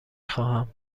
خواهم